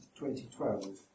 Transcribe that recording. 2012